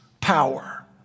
power